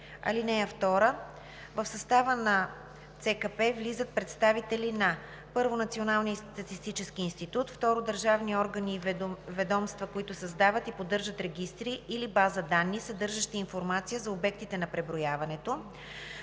членове. (2) В състава на ЦКП влизат представители на: 1. Националния статистически институт; 2. държавни органи и ведомства, които създават и поддържат регистри или бази данни, съдържащи информация за обектите на преброяването;